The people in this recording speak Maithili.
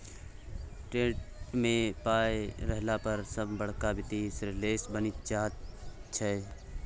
टेट मे पाय रहला पर सभ बड़का वित्तीय विश्लेषक बनि जाइत छै